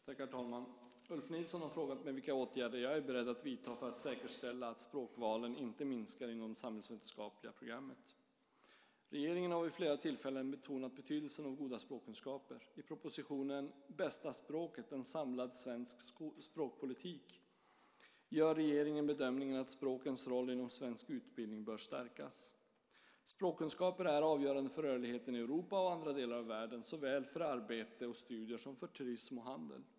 Herr talman! Ulf Nilsson har frågat mig vilka åtgärder jag är beredd att vidta för att säkerställa att språkvalen inte minskar inom det samhällsvetenskapliga programmet. Regeringen har vid flera tillfällen betonat betydelsen av goda språkkunskaper. I propositionen Bästa språket - en samlad svensk språkpolitik gör regeringen bedömningen att språkens roll inom svensk utbildning bör stärkas. Språkkunskaper är avgörande för rörligheten i Europa och andra delar av världen, såväl för arbete och studier som för turism och handel.